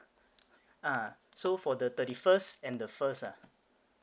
ah so for the thirty first and the first ah